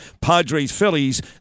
Padres-Phillies